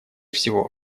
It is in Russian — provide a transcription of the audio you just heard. всего